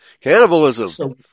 Cannibalism